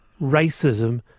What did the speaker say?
racism